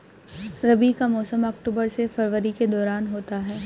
रबी का मौसम अक्टूबर से फरवरी के दौरान होता है